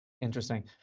Interesting